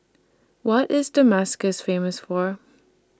What IS Damascus Famous For